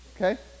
Okay